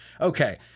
Okay